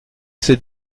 sept